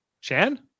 Chan